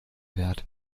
wert